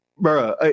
bro